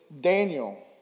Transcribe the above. Daniel